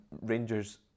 Rangers